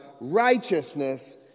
righteousness